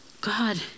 God